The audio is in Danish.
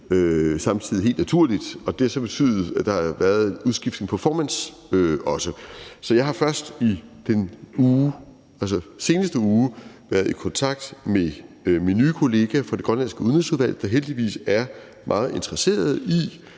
af Udenrigsudvalget. Det har så betydet, at der også har været en udskiftning af formand. Så jeg har først den seneste uge været i kontakt med min nye kollega fra det grønlandske udenrigsudvalg, der heldigvis er meget interesseret i